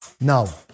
Now